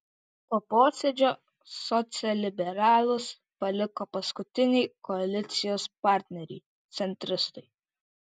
po posėdžio socialliberalus paliko paskutiniai koalicijos partneriai centristai